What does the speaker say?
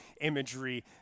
imagery